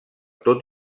tot